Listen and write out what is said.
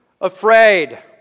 afraid